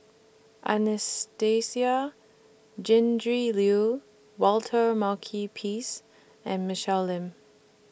Anastasia Tjendri Liew Walter Makepeace and Michelle Lim